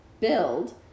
build